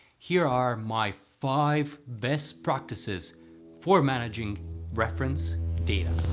here are my five best practices for managing reference data.